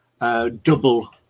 double